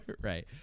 right